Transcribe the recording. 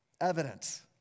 Evidence